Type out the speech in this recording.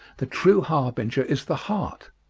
the true harbinger is the heart.